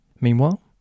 Meanwhile